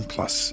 Plus